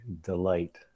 delight